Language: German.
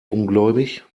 ungläubig